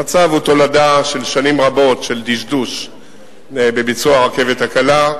המצב הוא תולדה של שנים רבות של דשדוש בביצוע הרכבת הקלה.